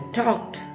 talked